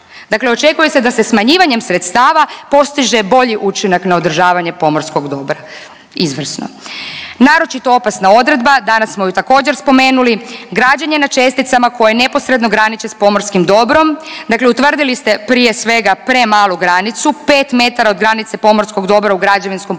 Dakle očekuje se da se smanjivanjem sredstava postiže bolji učinak na održavanje pomorskog dobra. Izvrsno. Naročito opasna odredba, danas smo ju također, spomenuli, građenje na česticama koje neposredno graniči s pomorskim dobrom, dakle utvrdili ste, prije svega, premalu granicu, 5 metara od granice pomorskog dobra u građevinskom području,